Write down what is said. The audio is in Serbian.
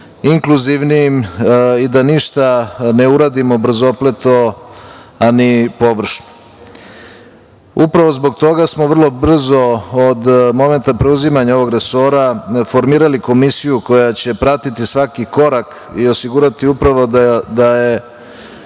inkluzivnijim i da ništa ne uradimo brzopleto, a ni površno. Upravo zbog toga smo vrlo brzo od momenta preuzimanja ovog resora formirali komisiju koja će pratiti svaki korak i osigurati upravo da je